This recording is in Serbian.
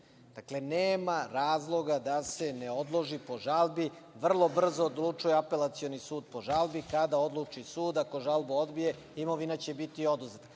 Dakle, nema razloga da se ne odloži po žalbi, vrlo brzo odlučuje Apelacioni sud po žalbi. Kada odluči sud, ako žalbu odbije, imovina će biti oduzeta.